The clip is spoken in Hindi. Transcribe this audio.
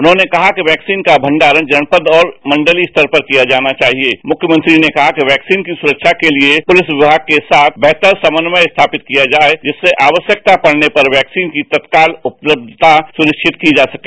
उन्होंने कहा कि वैक्सीन का मंडारण जनपद और मंडलीय स्तर पर किया जाना चाहिए उन्होंने कहा कि वैक्सीन की सुख्बा के लिए पुलिस विभाग के साथ बेहतर समन्वय स्थापित किया जाए जिससे आवश्यकता पड़ने पर वैक्सीन की तत्काल उपलब्धता सुनिश्चित की जा सके